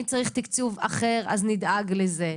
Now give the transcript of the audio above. אם צריך תקצוב אחר, נדאג לזה.